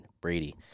Brady